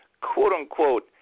quote-unquote